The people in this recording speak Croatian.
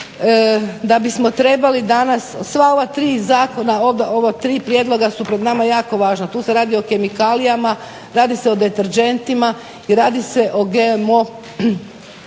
da bismo trebali danas sva ova tri zakona, ova tri prijedloga su pred nama jako važna, tu se radi o kemikalijama, radi se o deterdžentima i radi se o GMO